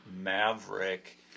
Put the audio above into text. Maverick